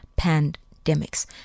pandemics